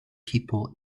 people